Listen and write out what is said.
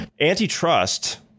Antitrust